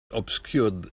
obscured